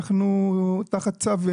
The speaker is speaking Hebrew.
אנחנו תחת צו,